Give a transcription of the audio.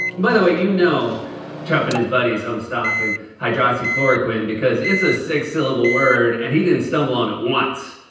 by the way, you know trump and his buddies own stock in and hydroxychloroquine and because it's a six-syllable word and he didn't stumble on it once.